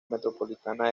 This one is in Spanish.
metropolitana